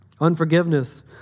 Unforgiveness